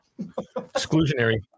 Exclusionary